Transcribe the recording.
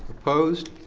opposed?